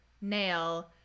nail